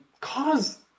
cause